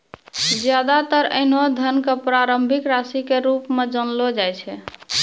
ज्यादातर ऐन्हों धन क प्रारंभिक राशि के रूप म जानलो जाय छै